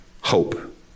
Hope